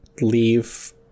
leave